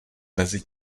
mezi